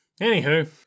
Anywho